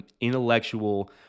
intellectual